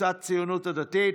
קבוצת סיעת הציונות הדתית: